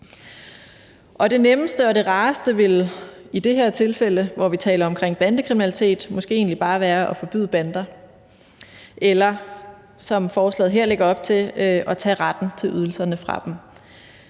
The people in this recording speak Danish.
Det nemmeste og rareste ville i det her tilfælde, hvor vi taler om bandekriminalitet, måske egentlig bare være at forbyde bander eller, som forslaget her lægger op til, at tage retten til ydelserne fra dem.